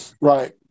right